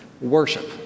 worship